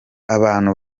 abantu